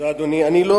אדוני, תודה.